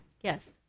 Yes